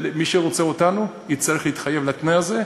מי שרוצה אותנו יצטרך להתחייב לתנאי הזה,